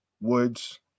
Woods